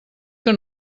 que